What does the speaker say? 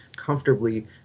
Comfortably